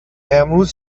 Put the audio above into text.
امروز